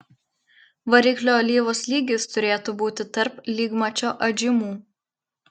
variklio alyvos lygis turėtų būti tarp lygmačio atžymų